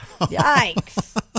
Yikes